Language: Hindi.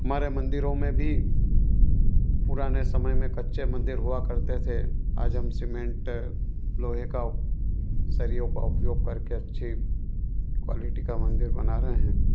हमारे मंदिरों में भी पुराने समय में कच्चे मन्दिर हुआ करते थे आज हम सीमेंट लोहे का सरियों का उपयोग करके अच्छी क्वालिटी का मंदिर बना रहे हैं